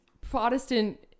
Protestant